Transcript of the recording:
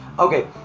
Okay